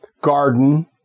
garden